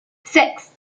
six